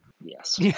yes